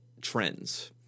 trends